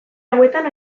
hauetan